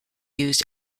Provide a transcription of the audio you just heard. used